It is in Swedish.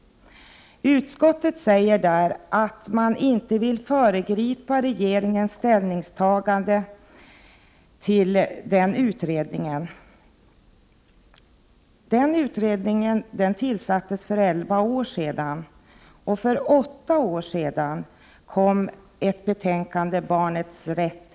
Utskottet säger att man inte vill föregripa regeringens ställningstagande till den utredningen. Utredningen tillsattes för elva år sedan, och för åtta år sedan kom betänkandet Barnets rätt 2.